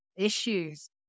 Issues